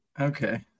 Okay